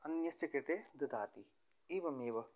अन्यस्य कृते ददाति एवमेव